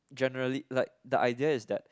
generally like the idea is that